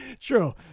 True